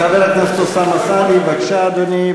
חבר הכנסת אוסאמה סעדי, בבקשה, אדוני.